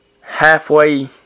halfway